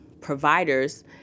providers